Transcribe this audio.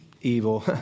evil